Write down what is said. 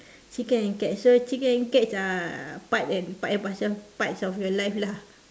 chicken and cat so chicken and cats are part and par~ eh parcel parts of your life lah